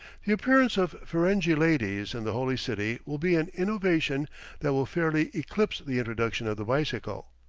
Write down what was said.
the appearance of ferenghi ladies in the holy city will be an innovation that will fairly eclipse the introduction of the bicycle.